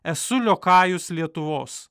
esu liokajus lietuvos